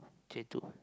Jay two